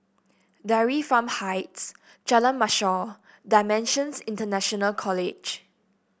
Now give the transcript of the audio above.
Dairy Farm Heights Jalan Mashor Dimensions International College